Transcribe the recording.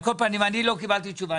על כל פנים אני לא קיבלתי תשובה.